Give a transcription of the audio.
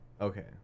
Okay